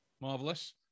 marvelous